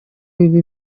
biba